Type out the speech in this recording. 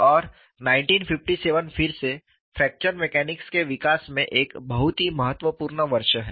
और 1957 फिर से फ्रैक्चर मैकेनिक्स के विकास में एक बहुत ही महत्वपूर्ण वर्ष है